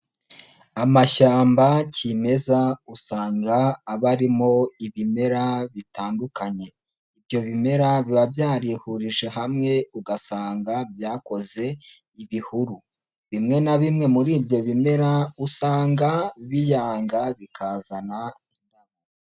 Amashyamba kimeza usanga aba arimo ibimera bitandukanye, ibyo bimera biba byarihurije hamwe ugasanga byakoze ibihuru, bimwe na bimwe muri ibyo bimera usanga biyanga bikazana.